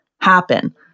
happen